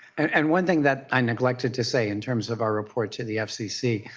and one thing that i neglected to say in terms of our report to the fcc,